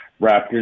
Raptors